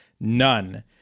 None